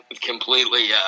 completely